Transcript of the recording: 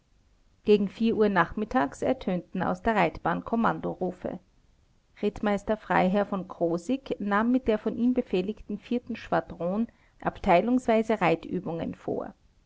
gegen vier uhr nachmittags ertönten aus der reitbahn kommandorufe rittmeister freiherr v krosigk nahm mit der von ihm befehligten vierten schwadron abteilungsweise reitübungen vor